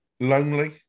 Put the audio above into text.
Lonely